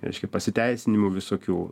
reiškia pasiteisinimų visokių